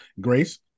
Grace